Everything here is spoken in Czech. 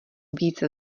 více